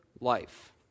life